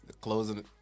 Closing